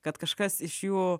kad kažkas iš jų